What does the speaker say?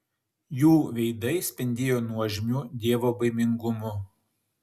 jų veidai spindėjo nuožmiu dievobaimingumu